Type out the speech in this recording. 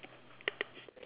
then the tree